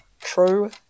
True